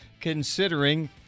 considering